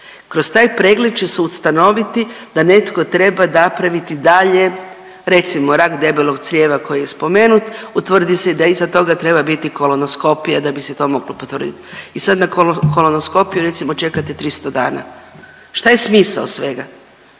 kroz taj pregled će se ustanoviti da netko treba napraviti dalje recimo rak debelog crijeva koji je spomenut, utvrdi se da iza toga treba biti kolonoskopija da bi se to moglo potvrdit i sad na kolonoskopiju recimo čekate 300 dana. Šta je misao svega?